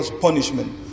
punishment